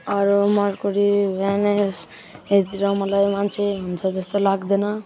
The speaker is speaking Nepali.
अरू मर्क्युरी भिनसहरूतिर र मलाई मान्छे हुन्छ जस्तो लाग्दैन